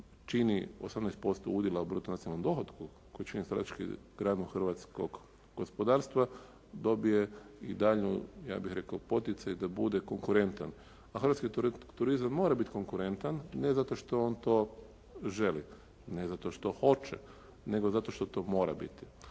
čini 18% udjela u bruto nacionalnom dohotku koji čini strateški …/Govornik se ne razumije./… hrvatskog gospodarstva dobije i daljnju, ja bih rekao poticaj da bude konkurentan. A hrvatski turizam mora biti konkurentan ne zato što on to želi, ne zato što hoće, nego zato što to mora biti.